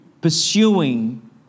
pursuing